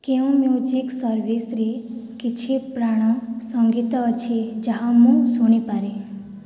କେଉଁ ମ୍ୟୁଜିକ୍ ସର୍ଭିସ୍ରେ କିଛି ପ୍ରାଣ ସଂଗୀତ ଅଛି ଯାହା ମୁଁ ଶୁଣିପାରେ